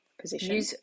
position